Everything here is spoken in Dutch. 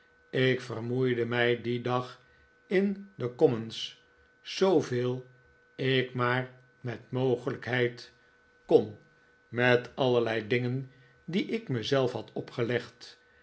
ik vermoeide mij dien dag in de commons zooveel ik maar met mogelijkheid kon met allerlei dingen die ik mezelf had opgelegd